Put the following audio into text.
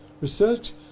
Research